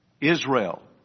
Israel